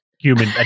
human